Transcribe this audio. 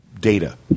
data